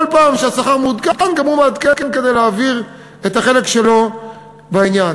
כל פעם שהשכר מעודכן גם הוא מעדכן כדי להעביר את החלק שלו בעניין.